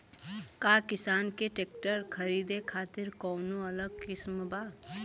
का किसान के ट्रैक्टर खरीदे खातिर कौनो अलग स्किम बा?